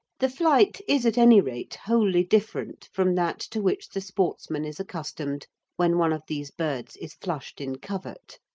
the flight is at any rate wholly different from that to which the sportsman is accustomed when one of these birds is flushed in covert.